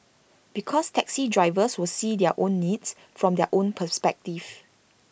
because taxi drivers will see their own needs from their own perspective